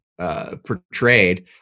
portrayed